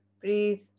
breathe